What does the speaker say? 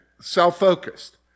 self-focused